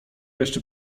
jeszcze